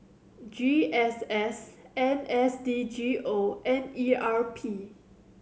G S S N S D G O and E R P